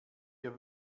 wir